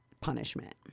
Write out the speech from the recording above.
punishment